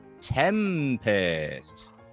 Tempest